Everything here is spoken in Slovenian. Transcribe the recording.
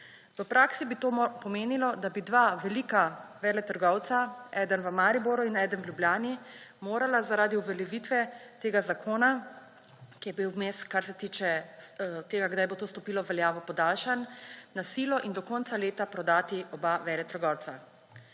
V praksi bi to pomenilo, da bi dva velika veletrgovca, eden v Mariboru in eden v Ljubljani, morala zaradi uveljavitve tega zakona, ki je bil vmes, kar se tiče tega, kdaj bo to stopilo v veljavo, podaljšan, na silo in do konca leta prodati oba veletrgovca.